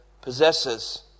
possesses